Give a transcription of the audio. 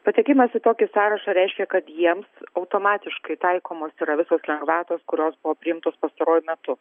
patekimas į tokį sąrašą reiškia kad jiems automatiškai taikomos yra visos lengvatos kurios buvo priimtos pastaruoju metu